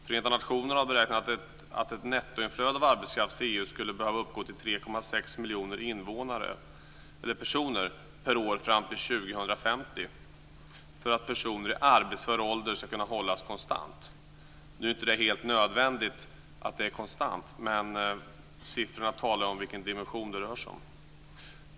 Förenta nationerna har beräknat att ett nettoinflöde av arbetskraft till EU skulle behöva uppgå till 3,6 miljoner personer per år fram till 2050 för att antalet personer i arbetsför ålder ska kunna hållas konstant. Nu är det inte helt nödvändigt att antalet är konstant, men siffrorna talar om vilken dimension det rör sig om.